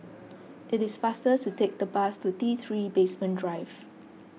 it is faster to take the bus to T three Basement Drive